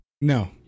No